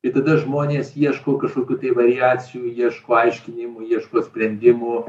ir tada žmonės ieško kažkokių tai variacijų ieško aiškinimų ieško sprendimų